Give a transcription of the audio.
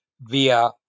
via